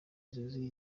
zuzuye